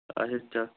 اَچھا چہ